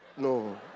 No